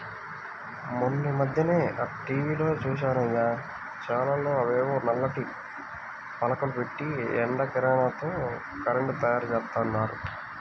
మొన్నీమధ్యనే టీవీలో జూశానయ్య, చేలల్లో అవేవో నల్లటి పలకలు బెట్టి ఎండ కిరణాలతో కరెంటు తయ్యారుజేత్తన్నారు